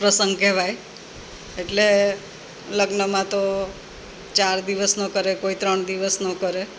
પ્રસંગ કહેવાય એટલે લગ્નમાં તો ચાર દિવસનો કરે કોઈ ત્રણ દિવસનો કરે